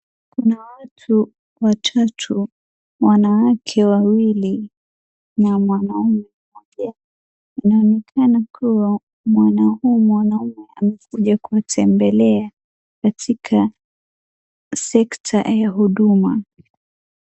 Kuna watu watatu, wanawake waili na mwaume mmoja, inaonekana kuwa huyu mwanaume amekuja kutembelea katika sector ya huduma.